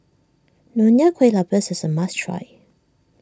Nonya Kueh Lapis is a must try